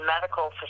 medical